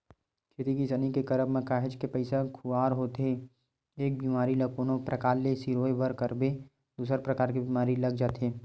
खेती किसानी के करब म काहेच के पइसा खुवार होथे एक बेमारी ल कोनो परकार ले सिरोय बर करबे दूसर परकार के बीमारी लग जाथे